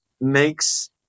makes